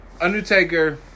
Undertaker